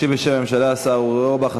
ישיב בשם הממשלה השר אורי אורבך,